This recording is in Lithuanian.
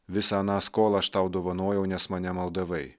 visą aną skolą aš tau dovanojau nes mane maldavai